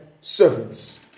servants